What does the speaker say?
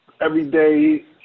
everyday